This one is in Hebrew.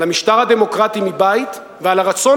על המשטר הדמוקרטי מבית ועל הרצון